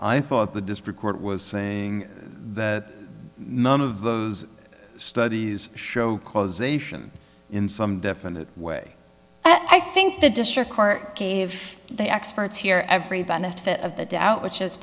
i thought the district court was saying that none of those studies show causation in some definite way i think the district court gave the experts here every benefit of the doubt which is